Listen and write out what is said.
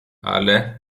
ale